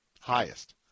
highest